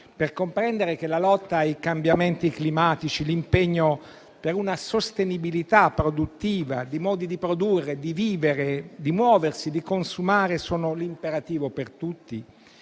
per comprendere che la lotta ai cambiamenti climatici e l'impegno per una sostenibilità produttiva di modi di produrre, di vivere, di muoversi e di consumare sono un imperativo per tutti?